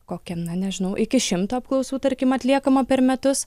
kokia na nežinau iki šimto apklausų tarkim atliekama per metus